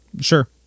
Sure